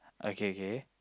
okay K K